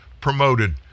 promoted